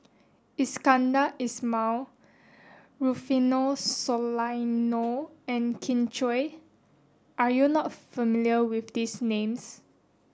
Iskandar Ismail Rufino Soliano and Kin Chui are you not familiar with these names